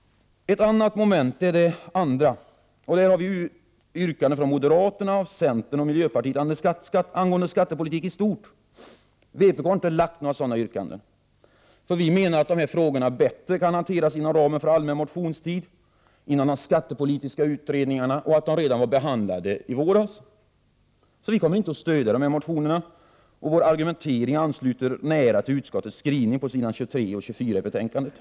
Under mom. 2 behandlar utskottet yrkanden från moderaterna, centern och miljöpartiet angående skattepolitiken i stort. Vpk har inte framställt några sådana yrkanden, då vi menar att de här frågorna bättre kan hanteras inom ramen för den allmänna motionstiden och inom de skattepolitiska utredningarna. Dessutom är de redan behandlade i våras. Vi kommer därför inte att stödja dessa motioner, och vår argumentering ansluter nära till utskottets skrivning på s. 23 och 24 i betänkandet. Prot.